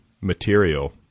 material